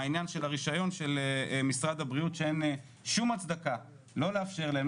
העניין של הרישיון של משרד הבריאות שאין שום הצדקה לא לאפשר להם,